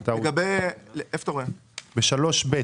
ב-(2)(ב)